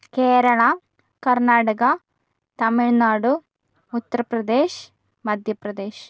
Kerala Karnataka Tamil Nadu Uttar Pradesh Madhya Pradesh